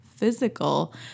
physical